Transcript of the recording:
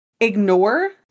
ignore